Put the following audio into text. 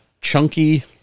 chunky